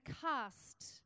cast